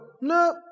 no